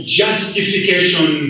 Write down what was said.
justification